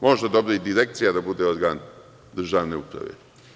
Može i direkcija da bude organ državne uprave.